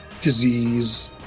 disease